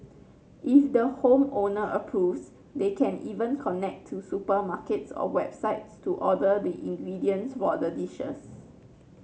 if the home owner approves they can even connect to supermarkets or websites to order the ingredients for the dishes